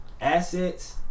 assets